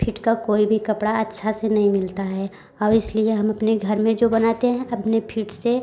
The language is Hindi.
फिट का कोई भी कपड़ा अच्छा से नहीं मिलता है और इसलिए हम अपने घर में जो बनाते हैं अपने फिट से